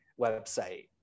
website